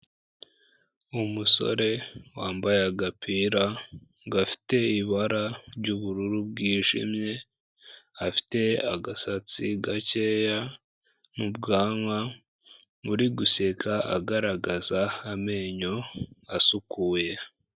Umusore wambaye agapira gafite ibara ry'ubururu bwijimye, afite agasatsi gakeya, n'ubwanwa. Uri guseka, agaragaza amenyo asukuye.